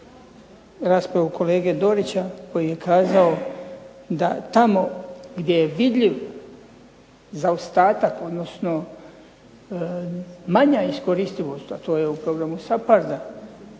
raspravu kolege Dorića koji je kazao da tamo gdje je vidljiv zaostatak, odnosno manja iskoristivost, a to je u programu SAPARD-a,